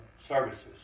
Services